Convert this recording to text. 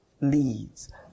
leads